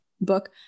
book